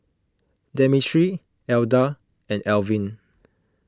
Demetri Edla and Elvin